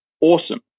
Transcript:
Awesome